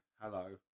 hello